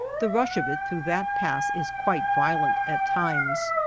the rush of it through that pass is quite vio lent at times.